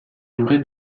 durée